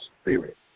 spirit